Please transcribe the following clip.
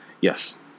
yes